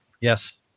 Yes